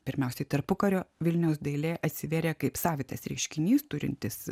pirmiausiai tarpukario vilniaus dailė atsiverė kaip savitas reiškinys turintis